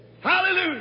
Hallelujah